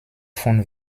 von